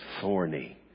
thorny